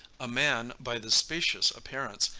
a man, by this specious appearance,